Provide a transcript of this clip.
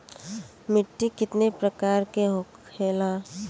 मिट्टी कितने प्रकार के होखेला?